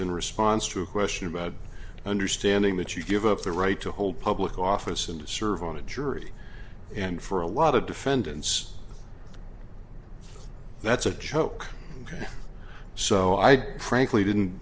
in response to a question about understanding that you give up the right to hold public office and serve on a jury and for a lot of defendants that's a joke so i crank lee didn't